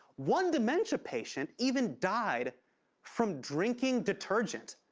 one dementia patient even died from drinking detergent.